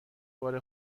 بار